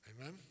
Amen